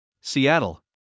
Seattle